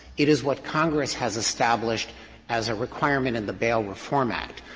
it is what congress has established as a requirement in the bail reform act.